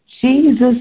Jesus